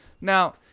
Now